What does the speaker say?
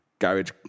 Garage